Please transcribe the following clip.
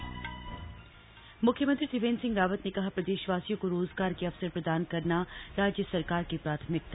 म्ख्यमंत्री त्रिवेंद्र सिंह रावत ने कहा प्रदेशवासियों को रोजगार के अवसर प्रदान करना राज्य सरकार की प्राथमिकता